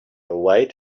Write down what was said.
await